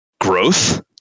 growth